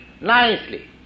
nicely